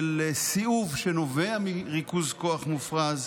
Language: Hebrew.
של סיאוב שנובע מריכוז כוח מופרז,